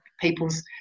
people's